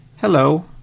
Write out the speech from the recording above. hello